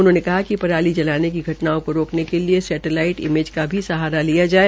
उन्होंने कहा कि पराली जलाने की घटनाओं को रोकने के लिए सैटेलाइट इेमेज का भी सहारा लिया जाए